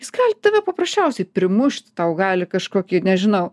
jis gali tave paprasčiausiai primušt tau gali kažkokį nežinau